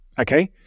Okay